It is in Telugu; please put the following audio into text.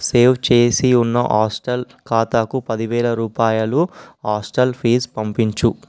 సేవ్ చేసి ఉన్న హాస్టల్ ఖాతాకు పది వేల రూపాయలు హాస్టల్ ఫీజు పంపించు